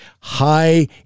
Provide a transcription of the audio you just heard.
high